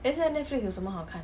eh 现在 netflix 有什么好看